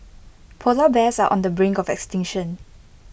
Polar Bears are on the brink of extinction